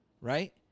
right